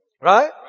Right